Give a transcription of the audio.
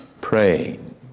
praying